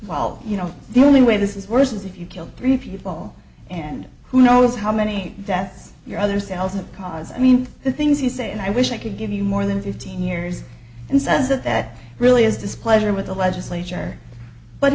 well you know the only way this is worse is if you killed three people and who knows how many deaths your other cells that cause i mean the things you say and i wish i could give you more than fifteen years and says that that really is displeasure with the legislature but